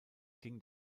ging